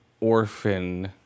orphan